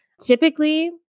typically